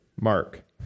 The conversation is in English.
mark